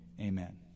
amen